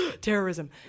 terrorism